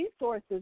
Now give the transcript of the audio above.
resources